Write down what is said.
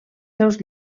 seus